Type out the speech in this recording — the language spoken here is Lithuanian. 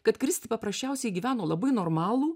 kad kristi paprasčiausiai gyveno labai normalų